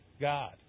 God